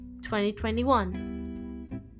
2021